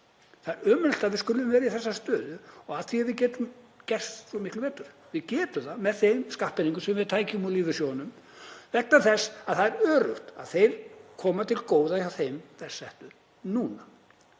Það er ömurlegt að við skulum vera í þessari stöðu af því að við getum gert svo miklu betur. Við getum það með þeim skattpeningum sem við tækjum úr lífeyrissjóðunum vegna þess að það er öruggt að þeir koma til góða hjá þeim verst settu núna.